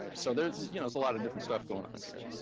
um so there's you know a lot of different stuff going on here.